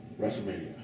WrestleMania